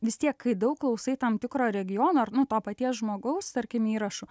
vis tiek kai daug klausai tam tikro regiono ar nu to paties žmogaus tarkim įrašų